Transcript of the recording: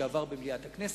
שעבר במליאת הכנסת,